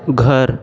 घर